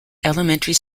elementary